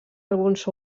alguns